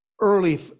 early